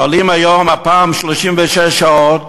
עולים היום, הפעם, 36 שעות,